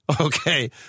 Okay